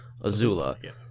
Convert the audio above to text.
Azula